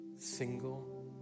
single